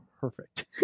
perfect